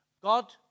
God